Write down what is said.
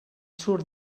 sur